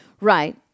Right